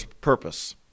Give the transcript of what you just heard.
purpose